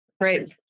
Great